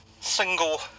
single